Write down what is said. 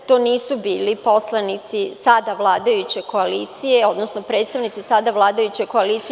To nisu bili poslanici sada vladajuće koalicije, odnosno predstavnici sada vladajuće koalicije.